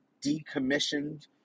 decommissioned